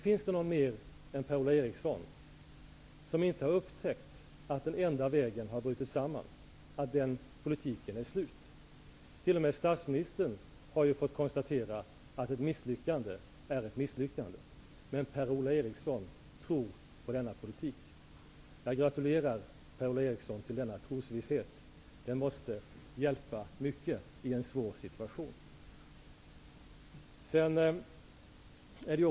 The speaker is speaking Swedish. Finns det någon mer än Per-Ola Eriksson som inte har upptäckt att den enda vägens politik har brutit samman, att den politiken är slut? T.o.m. statsministern har ju fått konstatera att ett misslyckande är ett misslyckande, men Per-Ola Eriksson tror på denna politik. Jag gratulerar Per Ola Eriksson till denna trosvisshet. Den måste hjälpa mycket i en svår situation.